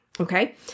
okay